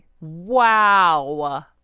Wow